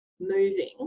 moving